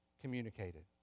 communicated